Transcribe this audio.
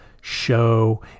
show